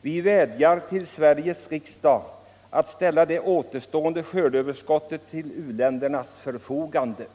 Vi vädjar till Sveriges riksdag att ställa det återstående skördeöverskottet till u-ländernas förfogande.